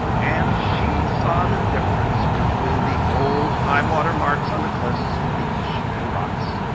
and she saw the difference between the old high water marks on the cliffs, beach, and rocks,